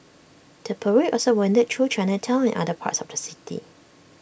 the parade also wended through Chinatown and other parts of the city